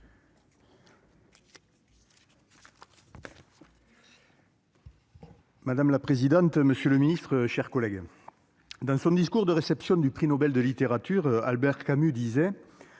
Madame la présidente, monsieur le ministre, mes chers collègues, dans son discours de réception du prix Nobel de littérature, Albert Camus disait